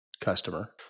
customer